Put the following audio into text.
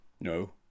No